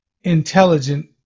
intelligent